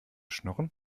schnurren